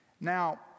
Now